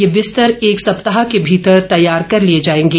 ये बिस्तर एक सप्ताह के भीतर तैयार कर लिए जाएंगे